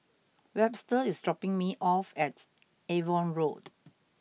Webster is dropping me off at Avon Road